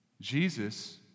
Jesus